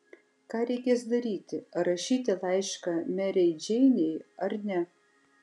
ką reikės daryti ar rašyti laišką merei džeinei ar ne